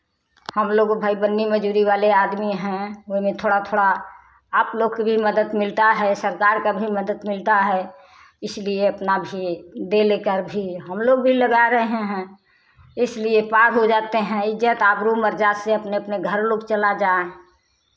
हमलोग भाई बन्नी मजदूरी वाले आदमी हैं वो में थोड़ा थोड़ा आपलोग के भी मदद मिलता है सरकार के भी मदद मिलता है इसलिए अपना भी दे ले कर भी हमलोग भी लगा रहे हैं इसलिए पार हो जाते हैं इज्जत आबरू मर्याद से अपने अपने घर लोग चला जाए